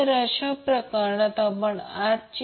तर हे समीकरण 6 आहे